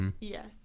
Yes